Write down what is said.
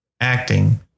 acting